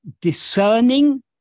discerning